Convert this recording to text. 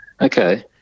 Okay